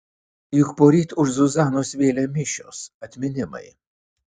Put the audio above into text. juk poryt už zuzanos vėlę mišios atminimai